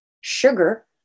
sugar